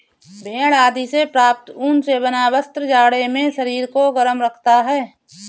भेड़ आदि से प्राप्त ऊन से बना वस्त्र जाड़े में शरीर को गर्म रखता है